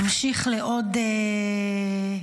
נמשיך לעוד תצפיתנית,